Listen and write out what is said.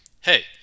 hey